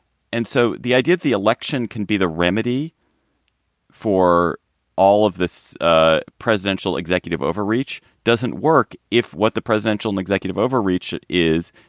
and so the idea the election can be the remedy for all of this ah presidential executive, overreach doesn't work. if what the presidential and executive overreach is,